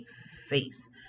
face